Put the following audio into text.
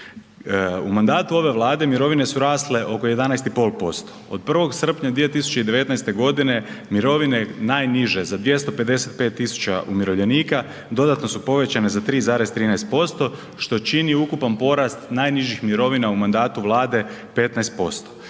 U mandatu ove Vlade mirovine su rasle oko 11,5%, od 1. srpnja 2019. godine mirovine najniže za 225000 umirovljenika dodatno su povećane za 3,13% što čini ukupan porast najnižih mirovina u mandatu Vlade 15%.